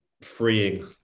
freeing